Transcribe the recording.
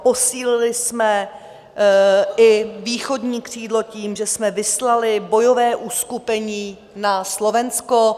Posílili jsme i východní křídlo tím, že jsme vyslali bojové uskupení na Slovensko.